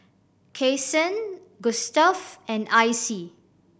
Kasen Gustav and Icy